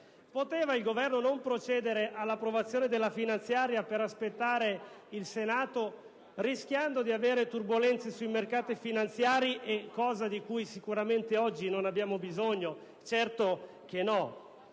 Poteva il Governo non procedere all'approvazione della finanziaria per aspettare il Senato, rischiando di avere turbolenze sui mercati finanziari, cosa di cui sicuramente oggi non abbiamo bisogno? Certo che no.